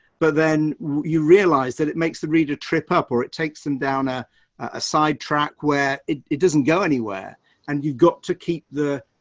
but then you realize that it makes the reader trip up or it takes them down a ah sidetrack where it doesn't go anywhere and you've got to keep the,